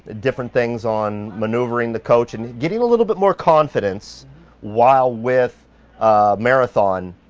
ah different things on maneuvering the coach and getting a little bit more confidence while with a marathon